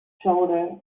shoulder